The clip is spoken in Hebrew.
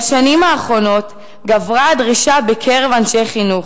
בשנים האחרונות גברה הדרישה בקרב אנשי חינוך,